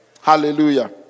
Hallelujah